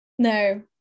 No